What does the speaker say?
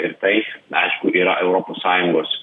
ir taip aišku yra europos sąjungos